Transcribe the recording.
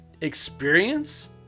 experience